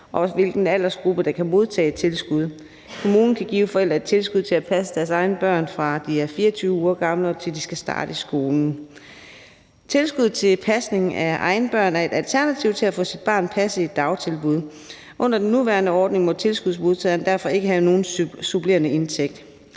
også hvilken aldersgruppe der kan gives et tilskud for. Kommunen kan give forældre et tilskud til at passe deres egne børn, fra de er 24 uger gamle, og til de skal starte i skolen. Tilskud til pasning af egne børn er et alternativ til at få sit barn passet i dagtilbud. Under den nuværende ordning må tilskudsmodtageren derfor ikke have nogen supplerende indtægt.